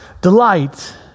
Delight